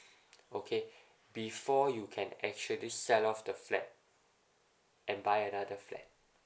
okay before you can actually sell off the flat and buy another flat